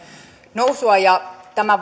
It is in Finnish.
nousua tämän